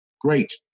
great